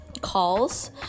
calls